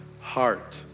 heart